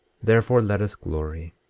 therefore, let us glory,